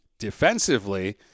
defensively